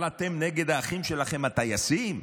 אבל אתם נגד האחים שלכם הטייסים,